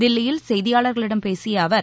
தில்லியில் செய்தியாளர்களிடம் பேசிய அவர்